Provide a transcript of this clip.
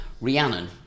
Rhiannon